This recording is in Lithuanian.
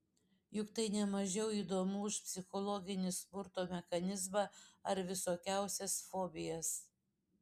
juk tai ne mažiau įdomu už psichologinį smurto mechanizmą ar visokiausias fobijas